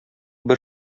бер